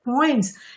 points